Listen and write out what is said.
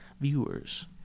viewers